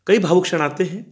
कई भावुक क्षण आते हैं